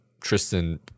Tristan